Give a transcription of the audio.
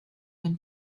when